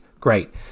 great